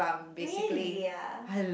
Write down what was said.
really ah